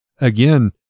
again